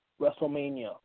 WrestleMania